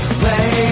play